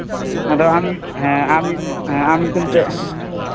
ᱟᱫᱚ ᱟᱢ ᱦᱮᱸ ᱟᱢ ᱟᱢ ᱧᱩᱛᱩᱢ ᱛᱮ